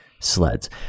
sleds